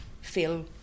feel